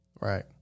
Right